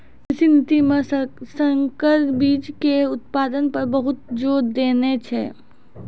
कृषि नीति मॅ संकर बीच के उत्पादन पर बहुत जोर देने छै